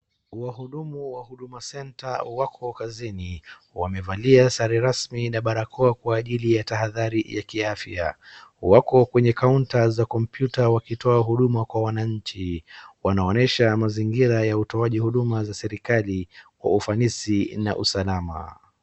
Wahudumu wa Huduma Center wako kazini .Wamevalia sare rasmi na barakoa kwa ajili ya tahadhari ya kiafya. Wako kwenye kaunta za komyuta wakitoa huduma kwa wananchi. Wanaonyesha mazingira ya utoaji huduma za serikali kwa ufanisi na usalama.